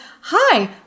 hi